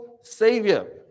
Savior